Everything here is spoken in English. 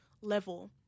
level